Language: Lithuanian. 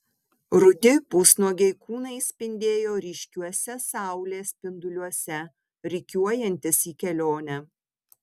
rudi pusnuogiai kūnai spindėjo ryškiuose saulės spinduliuose rikiuojantis į kelionę